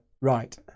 right